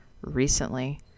recently